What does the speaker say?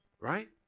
right